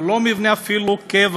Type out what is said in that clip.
הוא אפילו לא מבנה קבע,